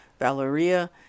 Valeria